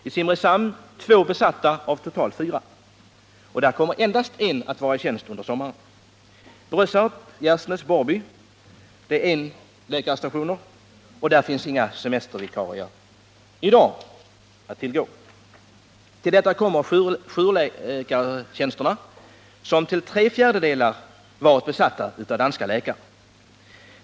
I Simrishamn är två besatta av totalt fyra, och där kommer endast en läkare att vara i tjänst under sommaren. Brösarp, Gärsnäs och Borrby är enläkarstationer, och där finns i dag inga semestervikarier att tillgå. Till detta kommer jourläkartjänsterna, som till tre fjärdedelar varit besatta av danska läkare.